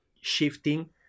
shifting